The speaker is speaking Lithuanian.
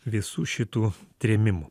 visų šitų trėmimų